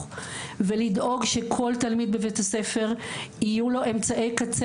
ולדאוג שכל תלמיד בבית הספר יהיו לו אמצעי קצה